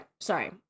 Sorry